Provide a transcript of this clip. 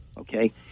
okay